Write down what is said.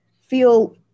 feel